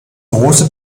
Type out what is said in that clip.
große